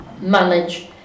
manage